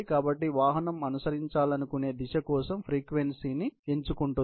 కాబట్టి వాహనం అనుసరించాలనుకునే దిశ కోసం ఫ్రీక్వెన్సీని ఎంచుకుంటుంది